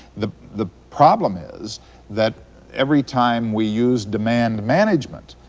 the the problem is that every time we use demand management,